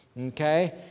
Okay